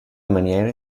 maniere